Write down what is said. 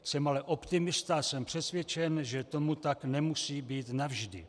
Jsem ale optimista a jsem přesvědčen, že tomu tak nemusí být navždy.